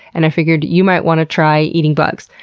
and i figured you might want to try eating bugs.